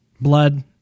Blood